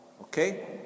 Okay